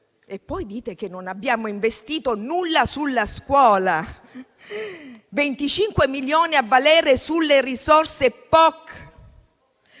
E poi dite che non abbiamo investito nulla sulla scuola: 25 milioni a valere sulle risorse dei